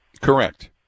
Correct